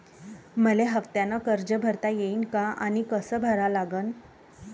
मले हफ्त्यानं कर्ज भरता येईन का आनी कस भरा लागन?